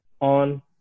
on